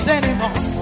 anymore